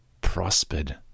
prospered